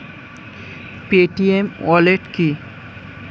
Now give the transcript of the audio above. Paytm wallet কি?